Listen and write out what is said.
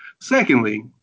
Secondly